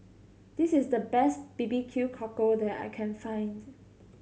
this is the best B B Q Cockle that I can find